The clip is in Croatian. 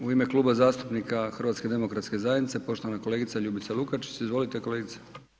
U ime Kluba zastupnika HDZ-a, poštovana kolegica Ljubica Lukačić, izvolite kolegice.